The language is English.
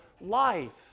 life